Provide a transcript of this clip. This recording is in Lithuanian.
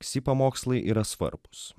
ksi pamokslai yra svarbūs